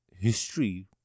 history